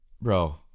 bro